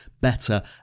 better